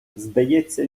здається